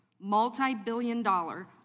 multi-billion-dollar